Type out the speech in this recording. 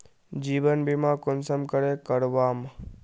जीवन बीमा कुंसम करे करवाम?